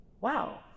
Wow